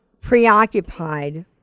preoccupied